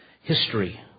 history